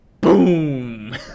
Boom